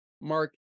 Mark